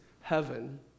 heaven